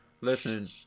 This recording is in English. listen